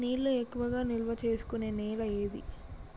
నీళ్లు ఎక్కువగా నిల్వ చేసుకునే నేల ఏది?